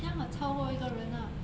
刚好超过一个人啦